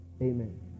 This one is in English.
amen